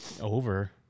over